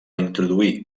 introduir